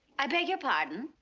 i beg your pardon?